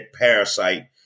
parasite